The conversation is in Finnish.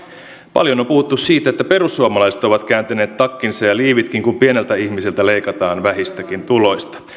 paljon on puhuttu siitä että perussuomalaiset ovat kääntäneet takkinsa ja liivitkin kun pieneltä ihmiseltä leikataan vähistäkin tuloista